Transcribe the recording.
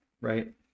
right